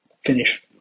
finish